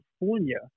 California